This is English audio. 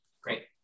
Great